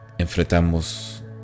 enfrentamos